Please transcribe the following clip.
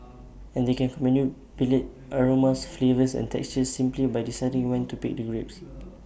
and they can manipulate aromas flavours and textures simply by deciding when to pick the grapes